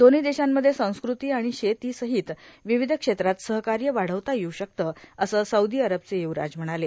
दोन्ही देशांमध्ये संस्कृती आणि शेती सहीत विविध क्षेत्रात सहकार्य वाढवता येऊ शकतं असं सौदी अरबचे य्वराज म्हणाले